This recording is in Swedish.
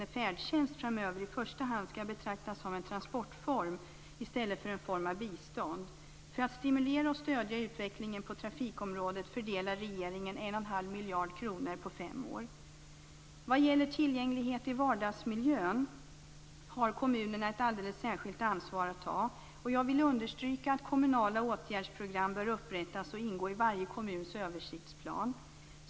Det gäller färdtjänst, som framöver i första hand skall betraktas som en transportform i stället för en form av bistånd. För att stimulera och stödja utvecklingen på trafikområdet fördelar regeringen 1,5 miljard kronor på fem år. Kommunerna har ett alldeles särskilt ansvar för tillgängligheten i vardagsmiljön. Jag vill understryka att kommunala åtgärdsprogram bör upprättas och ingå i varje kommuns översiktsplan.